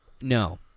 No